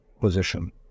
position